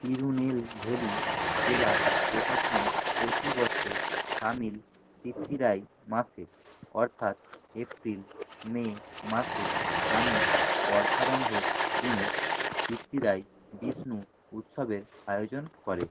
তিরুনেলভেলি জেলা প্রশাসন প্রতি বছর তামিল চিত্তিরাই মাসে অর্থাৎ এপ্রিল মে মাসে তামিল বর্ষারম্ভের দিনে চিত্তিরাই বিষ্ণু উৎসবের আয়োজন করে